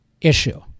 issue